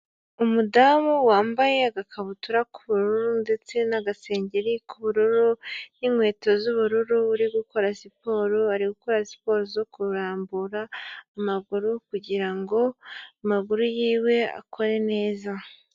Umudamu wambaye agakabutura k'ubururu ndetse n'agasengeri k'ubururu n'inkweto z'ubururu, uri gukora siporo, ari gukora siporo zo kurambura amaguru kugira ngo amaguru yiwe akore neza.